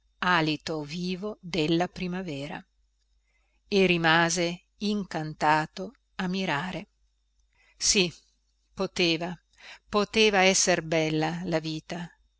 alito vivo della primavera e rimase incantato a mirare sì poteva poteva esser bella la vita